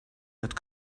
that